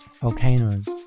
volcanoes